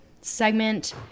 segment